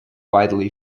widely